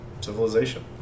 civilization